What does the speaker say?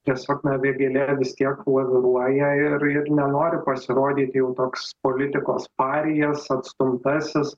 tiesiog na vėgėlė vis tiek laviruoja ir ir nenori pasirodyti jau toks politikos parijas atstumtasis